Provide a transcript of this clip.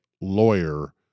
lawyer